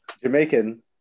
Jamaican